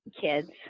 Kids